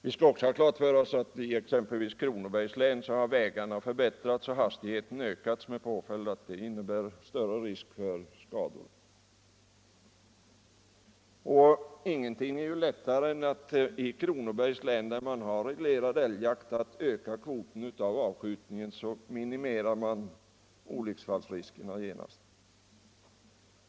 Vi skall också ha klart för oss att i exempelvis Kronobergs län har vägarna förbättrats och bilhastigheten ökat med påföljd att risken för skador blir större. Och ingenting är lättare än att man i Kronobergs län, där älgjakten är reglerad, ökar kvoten för avskjutningen. Då minimerar man genast olycksfallsriskerna.